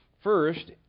First